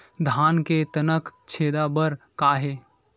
धान के तनक छेदा बर का हे?